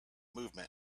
movement